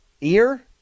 Ear